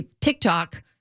TikTok